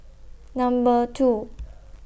Number two